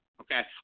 Okay